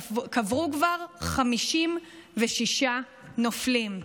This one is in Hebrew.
קברו כבר 56 נופלים.